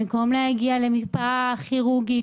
במקום להגיע למרפאה כירורגית,